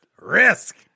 Risk